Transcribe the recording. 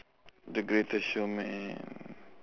the greatest showman